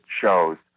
shows